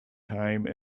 time